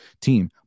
team